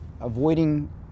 avoiding